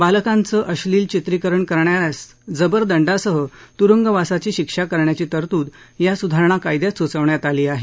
बालकांचं अस्निल चित्रीकरण करणा यास जबर दंडासह तुरुंगवासाची शिक्षा करण्याची तरतूद या सुधारणा कायद्यात सुचवण्यात आली आहे